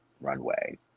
runway